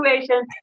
situation